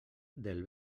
del